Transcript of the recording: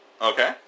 Okay